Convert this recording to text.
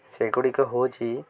ସେଗୁଡ଼ିକ ହେଉଛି